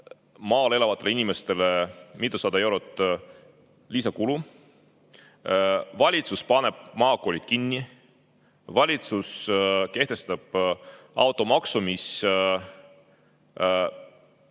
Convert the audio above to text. maal elavatele inimestele mitusada eurot lisakulu. Valitsus paneb maakoolid kinni. Valitsus kehtestab automaksu, mis